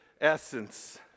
essence